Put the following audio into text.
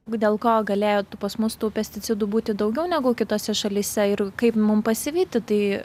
dėl ko galėjo tu pas mus tų pesticidų būti daugiau negu kitose šalyse ir kaip mum pasivyti tai